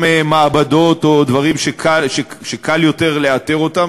מעבדות או דברים שקל יותר לאתר אותם,